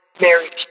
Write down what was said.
marriage